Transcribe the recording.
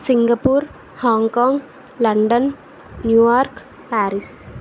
Singapore Hong Kong London New York Paris